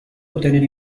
obtener